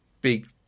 big